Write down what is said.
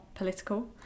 political